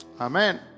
Amen